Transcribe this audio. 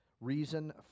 reason